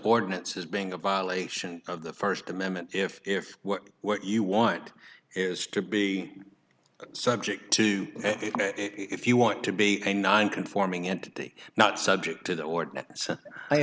ordinance as being a violation of the st amendment if if what what you want is to be subject to if you want to be a non conforming entity not subject to the or